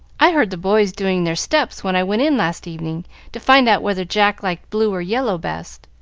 i heard the boys doing their steps when i went in last evening to find out whether jack liked blue or yellow best,